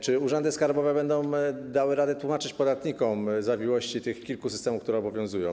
Czy urzędy skarbowe dadzą radę tłumaczyć podatnikom zawiłości tych kilku systemów, które obowiązują?